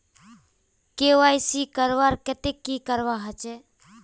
KYC करवार केते की करवा होचए?